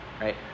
Right